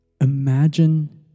Imagine